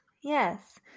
Yes